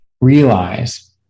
realize